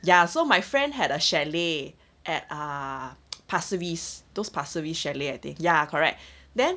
ya so my friend had a chalet at err pasir ris those pasir ris chalet at the ya correct then